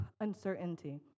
uncertainty